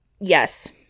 Yes